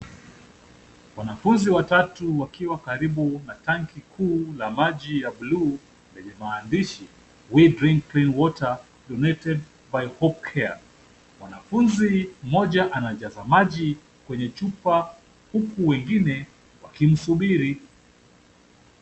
Wanafunzi watatu wakiwa karibu na tanki kuu la maji ya buluu, lenye maandishi we drink clean donated by hope care water mwanafunzi mmoja anajaza maji kwenye chupa huku wengine wakimsubiri.